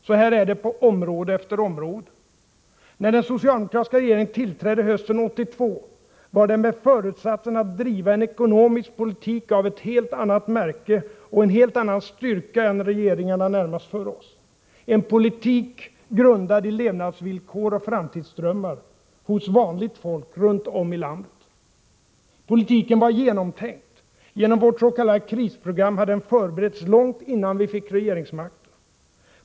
Så här är det på område efter område. När den socialdemokratiska regeringen tillträdde hösten 1982 var det med föresatsen att driva en ekonomisk politik av ett helt annat märke och med en helt annan styrka än den regeringarna närmast före oss hade fört; en politik grundad i levnadsvillkor och framtidsdrömmar hos vanligt folk runt om i landet. Politiken var genomtänkt: Genom vårt s.k. krisprogram hade den förberetts långt innan vi fick regeringsmakten.